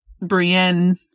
Brienne